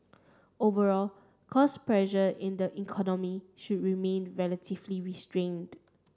overall cost pressure in the economy should remain relatively restrained